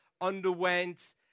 underwent